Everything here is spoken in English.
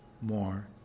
more